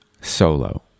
solo